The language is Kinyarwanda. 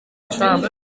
trump